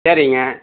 சரிங்க